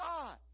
God